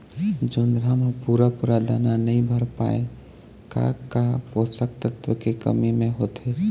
जोंधरा म पूरा पूरा दाना नई भर पाए का का पोषक तत्व के कमी मे होथे?